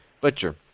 Butcher